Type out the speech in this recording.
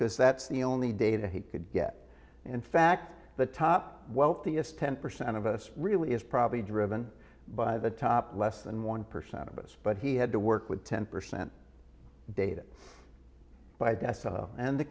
because that's the only data he could get in fact the top wealthiest ten percent of us really is probably driven by the top less than one percent of us but he had to work with ten percent data by desa and the